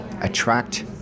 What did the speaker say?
attract